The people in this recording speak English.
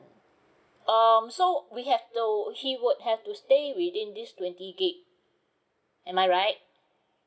um so we have though he would have to stay within this twenty gig am I right